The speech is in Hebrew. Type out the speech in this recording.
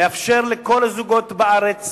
החוק הזה מאפשר לכל הזוגות בארץ